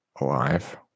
Alive